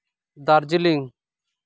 Darjeeling